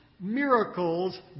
miracles